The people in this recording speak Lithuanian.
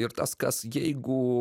tas kas jeigu